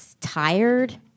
tired